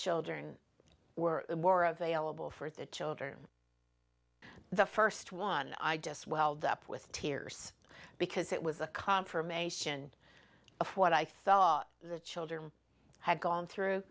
children were more available for the children the first one i just welled up with tears because it was a confirmation of what i thought the children had gone through